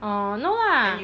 orh no lah